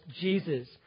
Jesus